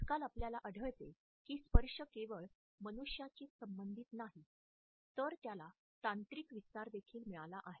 आजकाल आपल्याला आढळते की स्पर्श केवळ मनुष्याशीच संबंधित नाही तर त्याला तांत्रिक विस्तार देखील मिळाला आहे